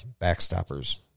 backstoppers